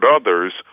others